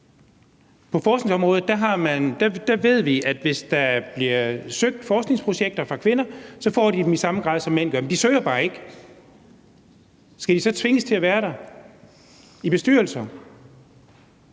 På forskningsområdet ved vi at hvis der bliver søgt midler til forskningsprojekter fra kvinder, får de dem i samme grad, som mænd gør. Men de søger bare ikke. Skal de så tvinges til at være i bestyrelser?